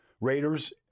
Raiders